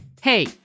Hey